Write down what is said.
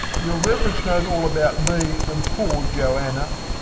your reverence knows all about me and poor johanna.